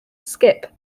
skip